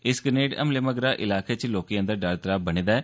इस ग्रनेड हमले मगरा इलाके च लोकें अंदर डर त्राह् बने दा ऐ